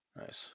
Nice